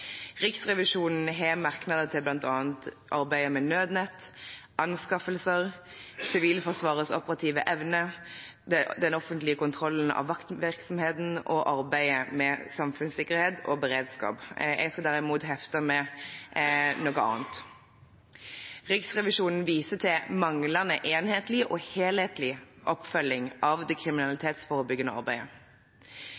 Riksrevisjonen har merknader til bl.a. arbeidet med Nødnett, anskaffelser, Sivilforsvarets operative evne, den offentlige kontrollen av vaktvirksomheten og arbeidet med samfunnssikkerhet og beredskap. Jeg skal derimot hefte ved noe annet: Riksrevisjonen viser til manglende enhetlig og helhetlig oppfølging av det kriminalitetsforebyggende arbeidet.